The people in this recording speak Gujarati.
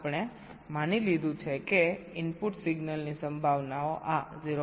આપણે માની લીધું છે કે ઇનપુટ સિગ્નલની સંભાવનાઓ આ 0